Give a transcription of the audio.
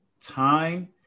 time